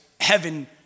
heaven